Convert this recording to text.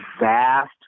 vast